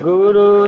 Guru